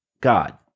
God